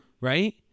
right